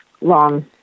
long